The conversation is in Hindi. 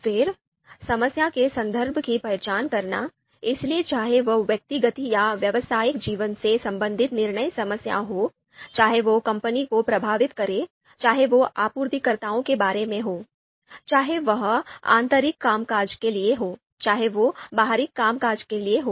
फिर समस्या के संदर्भ की पहचान करना इसलिए चाहे वह व्यक्तिगत या व्यावसायिक जीवन से संबंधित निर्णय समस्या हो चाहे वह कंपनी को प्रभावित करे चाहे वह आपूर्तिकर्ताओं के बारे में हो चाहे वह आंतरिक कामकाज के लिए हो चाहे वह बाहरी कामकाज के लिए हो